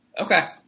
Okay